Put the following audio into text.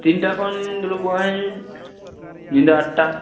ᱛᱤᱱᱴᱟ ᱠᱷᱚᱱ ᱫᱩᱲᱩᱵᱚᱜᱼᱟ ᱧ ᱧᱤᱫᱟ ᱟᱴᱴᱟ